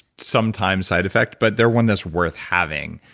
sometimes side effect, but they're one that's worth having.